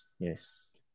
Yes